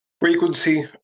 Frequency